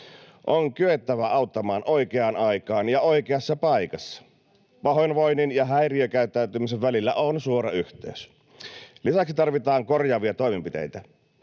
On kyettävä auttamaan oikeaan aikaan ja oikeassa paikassa — pahoinvoinnin ja häiriökäyttäytymisen välillä on suora yhteys. Lisäksi tarvitaan korjaavia toimenpiteitä.